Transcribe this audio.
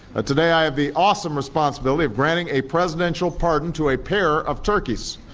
today i have the awesome responsibility of granting a presidential pardon to a pair of turkeys.